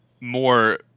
more